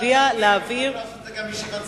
מצביע בעד להעביר